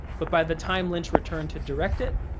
but, by the time lynch returned to direct it,